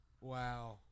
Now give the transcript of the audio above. Wow